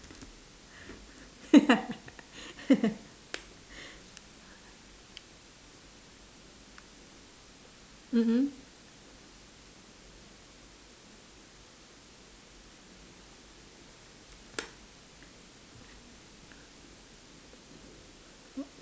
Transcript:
mmhmm